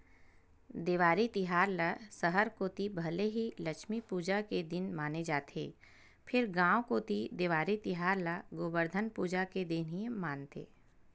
देवारी तिहार ल सहर कोती भले लक्छमी पूजा के दिन माने जाथे फेर गांव कोती देवारी तिहार ल गोबरधन पूजा के दिन ही मानथे